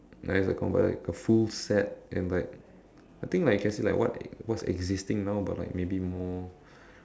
ya it's a compi~ like a full set and like I think like you can say like what what's existing now but like maybe more